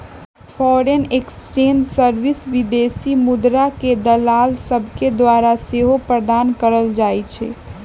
foreign exchange service विदेशी मुद्राके दलाल सभके द्वारा सेहो प्रदान कएल जाइ छइ